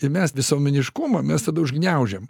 ir mes visuomeniškumą mes tada užgniaužiam